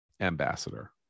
ambassador